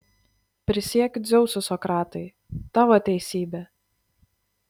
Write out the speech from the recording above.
prisiekiu dzeusu sokratai tavo teisybė